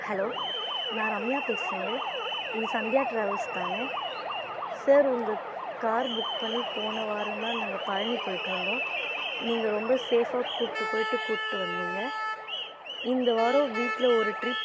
hello நான் ரம்யா பேசுகிறேங்க இது சந்தியா ட்ராவல்ஸ் தானே சார் உங்கள் கார் புக் பண்ணி போன வாரந்தான் நாங்கள் பழனி போயிட்டு வந்தோம் நீங்கள் ரொம்ப சேஃபாக கூட்டி போயிட்டு கூட்டி வந்தீங்க இந்த வாரம் வீட்டில் ஒரு ட்ரிப்